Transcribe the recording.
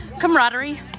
camaraderie